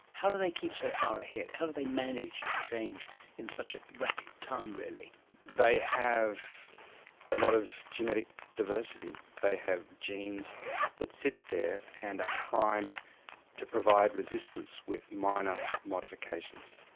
how do they keep so far ahead, how do they manage to change in such a rapid time? they have a lot of genetic diversity. they have genes that sit there and are primed to provide resistance with minor modifications,